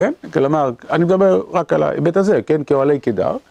כן, כלומר, אני מדבר רק על היבט הזה, כן, כאהלי קדר